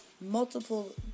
multiple